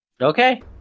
Okay